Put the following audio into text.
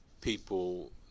people